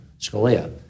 Scalia